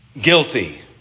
Guilty